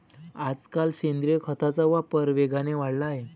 आजकाल सेंद्रिय खताचा वापर वेगाने वाढला आहे